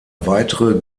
weitere